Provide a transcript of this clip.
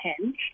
Hinge